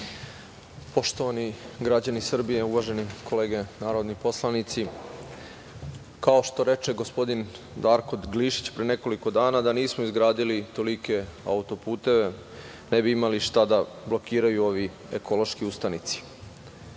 građani Srbije, uvažene kolege narodni poslanici, kao što reče gospodin Darko Glišić pre nekoliko dana da nismo izgradili tolike autoputeve ne bi imali šta da blokiraju ovi ekološki ustanici,